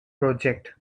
project